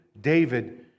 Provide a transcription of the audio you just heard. David